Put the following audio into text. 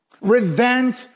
Revenge